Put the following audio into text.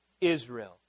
Israel